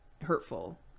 hurtful